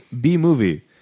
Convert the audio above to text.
B-movie